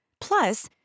Plus